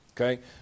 Okay